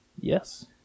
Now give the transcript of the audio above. Yes